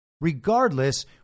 Regardless